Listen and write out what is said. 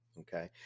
okay